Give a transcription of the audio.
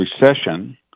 recession